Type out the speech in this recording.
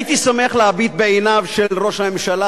הייתי שמח להביט בעיניו של ראש הממשלה.